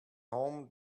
home